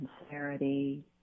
sincerity